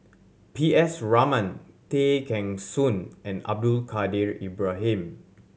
P S Raman Tay Kheng Soon and Abdul Kadir Ibrahim